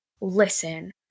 listen